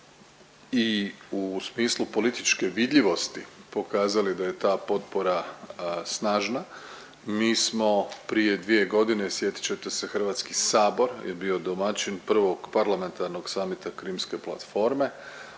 i u smislu političke vidljivosti pokazali da je ta potpora snažna mi smo prije 2 godine, sjetit ćete se Hrvatski sabor je bio domaćih prvog parlamentarnog samita Krimske platforme